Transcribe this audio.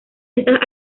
estas